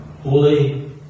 holy